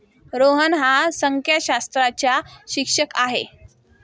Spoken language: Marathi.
रोहन हा संख्याशास्त्राचा शिक्षक आहे